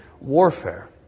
warfare